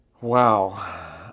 Wow